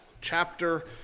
chapter